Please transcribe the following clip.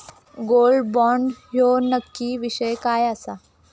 Gold bond ह्यो नक्की विषय काय आसा?